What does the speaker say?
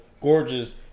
gorgeous